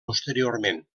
posteriorment